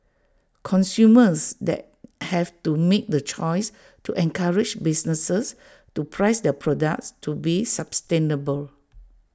consumers then have to make the choice to encourage businesses to price their products to be sustainable